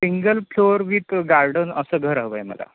single floor with garden असं घर हव आहे मला